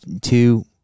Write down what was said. two